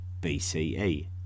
BCE